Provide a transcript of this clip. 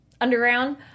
underground